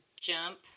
jump